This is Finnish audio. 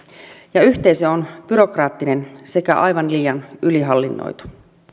ja yhteisö on byrokraattinen sekä aivan liian ylihallinnoitu